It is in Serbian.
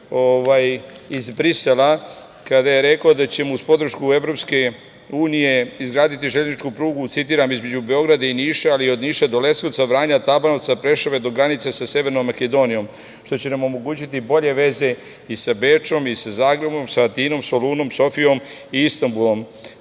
iz Brisela, kada je rekao da ćemo uz podršku EU izgraditi železničku prugu, citiram, između Beograda i Niša, ali i od Niša do Leskovca, Vranja, Tabanovca, Preševa, do granice sa Severnom Makedonijom, što će nam omogućiti bolje veze i sa Bečom i sa Zagrebom, sa Atinom, Solunom, Sofijom i Istanbulom.